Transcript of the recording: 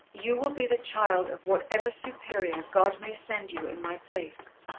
you will be the child of whatever superior god may send you in my place.